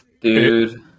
Dude